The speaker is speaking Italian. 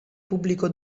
pubblico